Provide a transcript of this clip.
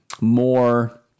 more